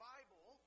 Bible